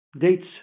dates